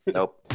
Nope